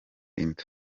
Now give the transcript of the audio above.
inda